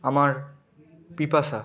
আমার পিপাসা